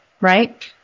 Right